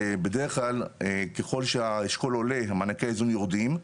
בדרך כלל ככל שהאשכול עולה מענקי האיזון יורדים.